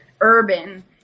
urban